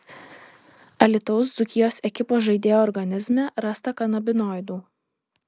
alytaus dzūkijos ekipos žaidėjo organizme rasta kanabinoidų